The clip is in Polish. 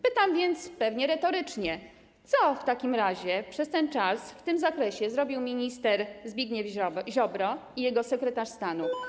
Pytam więc pewnie retorycznie: Co w takim razie przez ten czas w tym zakresie zrobili minister Zbigniew Ziobro i jego sekretarz stanu?